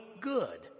good